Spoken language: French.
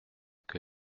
que